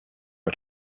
are